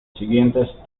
siguientes